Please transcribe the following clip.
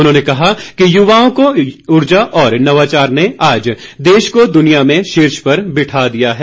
उन्होंने कहा कि युवाओं की ऊर्जा और नवाचार ने आज देश को दुनिया में शीर्ष पर बैठा दिया है